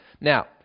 Now